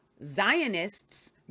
Zionists